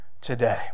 today